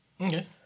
Okay